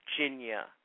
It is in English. Virginia